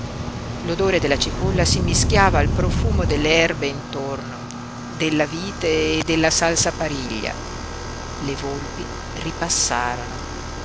l'odore della cipolla si mischiava al profumo delle erbe intorno della vite e della salsapariglia le volpi ripassarono